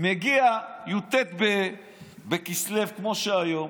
מגיע י"ט בכסלו, כמו היום.